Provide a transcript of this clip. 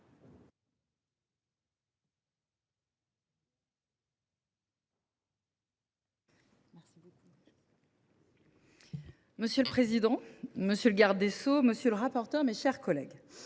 Monsieur le président, monsieur le garde des sceaux, monsieur le rapporteur, mes chers collègues,